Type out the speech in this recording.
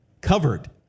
Covered